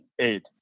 eight